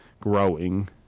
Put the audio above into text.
growing